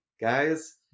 guys